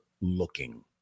looking